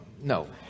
no